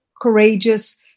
courageous